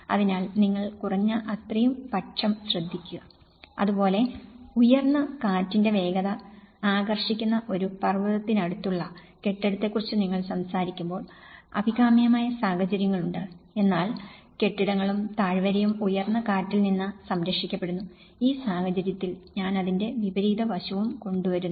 അതിനാൽ നിങ്ങൾ കുറഞ്ഞ അത്രയും പക്ഷം ശ്രദ്ധിക്കുക അതുപോലെ ഉയർന്ന കാറ്റിന്റെ വേഗത ആകർഷിക്കുന്ന ഒരു പർവതത്തിനടുത്തുള്ള കെട്ടിടത്തെക്കുറിച്ച് നിങ്ങൾ സംസാരിക്കുമ്പോൾ അഭികാമ്യമായ സാഹചര്യങ്ങളുണ്ട് എന്നാൽ കെട്ടിടങ്ങളും താഴ്വരയും ഉയർന്ന കാറ്റിൽ നിന്ന് സംരക്ഷിക്കപ്പെടുന്നു ഈ സാഹചര്യത്തിൽ ഞാൻ അതിന്റെ വിപരീത വശവും കൊണ്ടുവരുന്നു